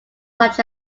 such